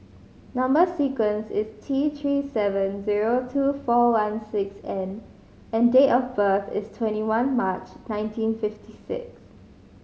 number sequence is T Three seven zero two four one six N and date of birth is twenty one March nineteen fifty six